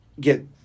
get